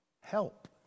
help